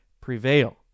prevail